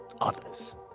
others